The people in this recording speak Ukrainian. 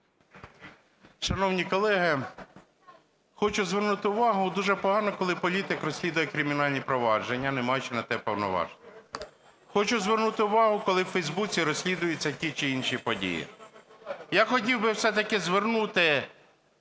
Шановні колеги, хочу звернути увагу, дуже погано, коли політик розслідує кримінальні провадження не маючи на те повноважень. Хочу звернути увагу, коли у фейсбуці розслідуються ті чи інші події. Я хотів би все-таки звернути